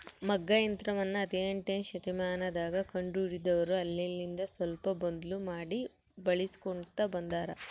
ಮಗ್ಗ ಯಂತ್ರವನ್ನ ಹದಿನೆಂಟನೆಯ ಶತಮಾನದಗ ಕಂಡು ಹಿಡಿದರು ಅಲ್ಲೆಲಿಂದ ಸ್ವಲ್ಪ ಬದ್ಲು ಮಾಡಿ ಬಳಿಸ್ಕೊಂತ ಬಂದಾರ